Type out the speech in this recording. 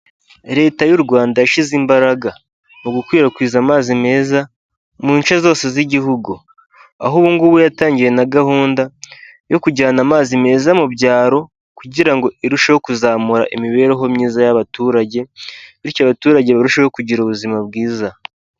Leta y'u rwanda yashyize imbaraga mu gukwirakwiza amazi meza mu nce zose z'igihugu, aho ubu ngubu yatangiye na gahunda yo kujyana amazi meza mu byaro, kugira ngo irusheho kuzamura imibereho myiza y'abaturage bityo abaturage barusheho kugira ubuzima bwiza.